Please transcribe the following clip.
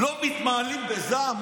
לא מתמלאים בזעם?